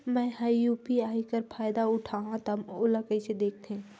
मैं ह यू.पी.आई कर फायदा उठाहा ता ओला कइसे दखथे?